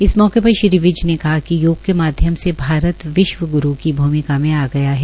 इस मौके पर श्री विज ने कहा कि योग के माध्यम से भारत विश्व ग्रू की भूमिका में आ गया है